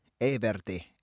Everti